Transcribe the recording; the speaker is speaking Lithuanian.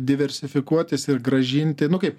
diversifikuotis ir grąžinti nu kaip